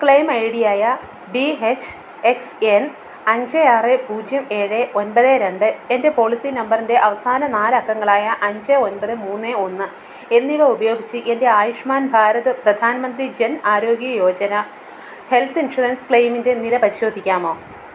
claim ഐഡിയായ B H X N അഞ്ച് ആറ് പൂജ്യം ഏഴ് ഒൻപത് രണ്ട് എൻ്റെ പോളിസി നമ്പറിൻ്റെ അവസാന നാലക്കങ്ങളായ അഞ്ച് ഒമ്പത് മൂന്ന് ഒന്ന് എന്നിവ ഉപയോഗിച്ച് എൻ്റെ ആയുഷ്മാൻ ഭാരത് പ്രധാൻ മന്ത്രി ജൻ ആരോഗ്യ യോജന ഹെൽത്ത് ഇൻഷുറൻസ് ക്ലെയിമിൻ്റെ നില പരിശോധിക്കാമോ